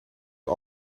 het